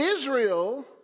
Israel